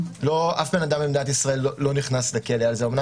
אף בן אדם במדינת ישראל לא נכנס לכלא בגלל זה אומנם,